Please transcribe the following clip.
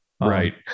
right